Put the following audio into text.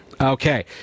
Okay